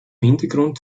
hintergrund